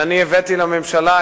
שאני הבאתי לממשלה,